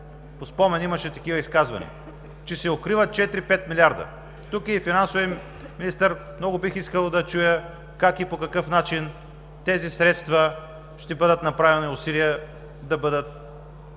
по спомен имаше такива изказвания, че се укриват 4-5 милиарда. Тук е и финансовият министър. Много бих искал да чуя как и по какъв начин тези средства ще бъдат направени усилия да бъдат